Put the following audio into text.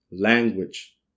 language